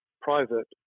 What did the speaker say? private